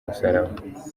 musaraba